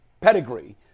pedigree